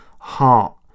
heart